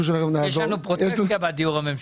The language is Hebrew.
יש לנו פרוטקציה בדיור הממשלתי.